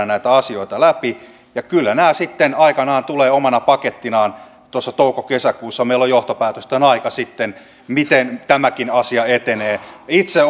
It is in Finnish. näitä asioita läpi kyllä nämä sitten aikanaan tulevat omana pakettinaan tuossa touko kesäkuussa meillä on johtopäätösten aika sitten miten tämäkin asia etenee itse